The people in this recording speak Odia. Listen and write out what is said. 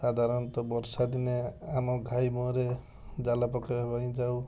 ସାଧାରଣତଃ ବର୍ଷା ଦିନେ ଆମ ଘାଇ ମୁହଁରେ ଜାଲ ପକାଇବା ପାଇଁ ଯାଉ